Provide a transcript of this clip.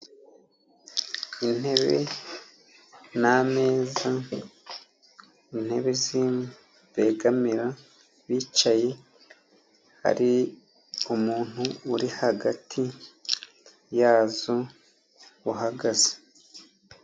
Intebe n'ameza, intebe begamira bicaye. Hari umuntu uri hagati yazo uhagaze.